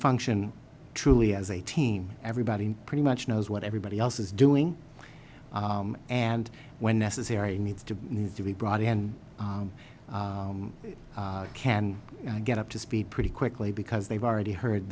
function truly as a team and everybody pretty much knows what everybody else is doing and when necessary needs to be brought in and can get up to speed pretty quickly because they've already heard